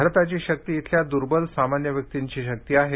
भारताची शक्ती इथल्या दुर्बल सामान्य व्यक्तींची शक्तीद आहे